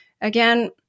again